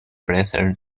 brethren